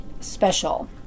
special